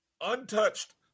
untouched